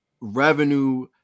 revenue